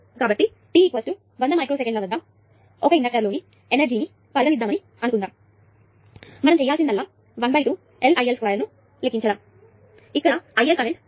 కాబట్టి t 100 మైక్రోసెకన్ల వద్ద ఒక ఇండక్టర్లోని ఎనర్జీ ని పరిగణించామని అనుకుందాము మనం చేయాల్సిందల్లా ½ LIL2 ను లెక్కించడం ఇక్కడ IL కరెంటు t 100 మైక్రో సెకన్లు